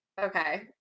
Okay